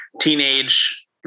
teenage